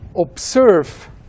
observe